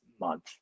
month